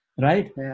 right